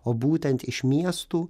o būtent iš miestų